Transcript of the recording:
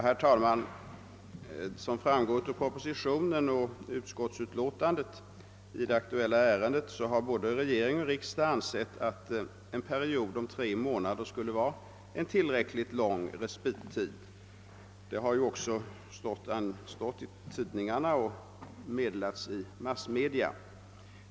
Herr talman! Såsom framgår av propositionen och utskottsutlåtandet i det aktuella ärendet har både regering och riksdag ansett att tre månader skulle vara tillräckligt lång respittid. Detta har också stått i tidningarna och meddelats i massmedia.